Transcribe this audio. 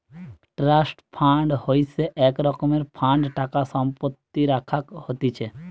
trust fund হইসে এক রকমের ফান্ড টাকা সম্পত্তি রাখাক হতিছে